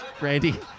Randy